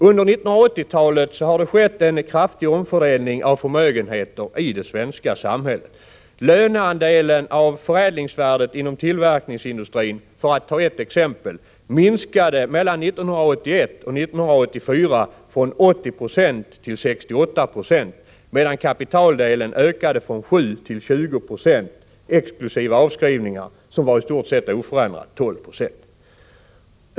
Under 1980-talet har det skett en kraftig omfördelning av förmögenheter i det svenska samhället. Löneandelen beträffande förädlingsvärdet inom t.ex. tillverkningsindustrin minskade mellan 1981 och 1984 från 80 6 till 68 Je, medan kapitaldelen ökade från 7 9 till 20 6 — exkl. avskrivningar, som i stort sett låg kvar på en oförändrad nivå, på 12 90.